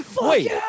Wait